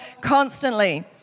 constantly